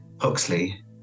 Huxley